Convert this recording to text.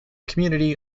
community